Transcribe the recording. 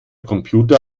computer